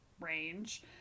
range